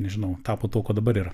nežinau tapo tuo kuo dabar yra